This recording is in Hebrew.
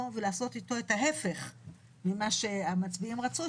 ולעשות איתו את ההפך ממה שהמצביעים רצו,